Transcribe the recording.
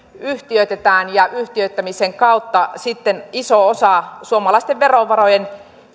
yhtiöitetään ja yhtiöittämisen kautta sitten iso osa suomalaisten verovaroin